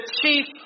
chief